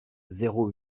zéro